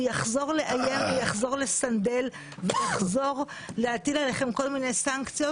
יחזור לאיים ויחזור לסנדל ויחזור להטיל עליכם כל מיני סנקציות